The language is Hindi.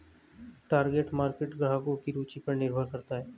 टारगेट मार्केट ग्राहकों की रूचि पर निर्भर करता है